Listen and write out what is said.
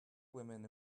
women